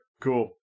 Cool